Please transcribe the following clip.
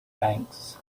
banks